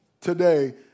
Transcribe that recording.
today